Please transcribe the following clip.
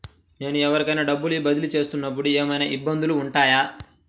నేను ఎవరికైనా డబ్బులు బదిలీ చేస్తునపుడు ఏమయినా ఇబ్బందులు వుంటాయా?